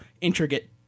intricate